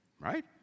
right